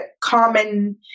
common